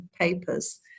papers